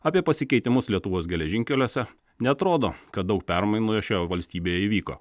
apie pasikeitimus lietuvos geležinkeliuose neatrodo kad daug permainų šioje valstybėje įvyko